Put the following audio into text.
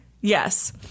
Yes